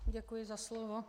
Děkuji za slovo.